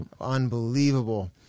Unbelievable